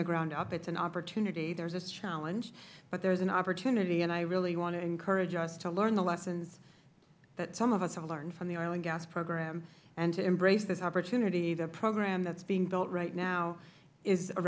the ground up it is an opportunity there is a challenge but there is an opportunity and i really want to encourage us to learn the lessons that some of us have learned from the oil and gas program and to embrace this opportunity the program that is being built right now is a